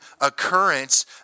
occurrence